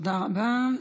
תודה רבה.